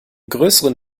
größeren